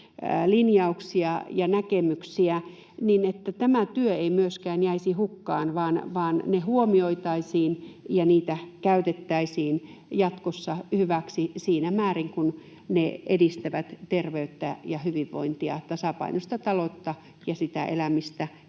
linjauksia ja näkemyksiä, että tämä työ ei jäisi hukkaan vaan ne huomioitaisiin ja niitä käytettäisiin jatkossa hyväksi siinä määrin kuin ne edistävät terveyttä, hyvinvointia, tasapainoista taloutta ja elämistä